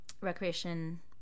recreation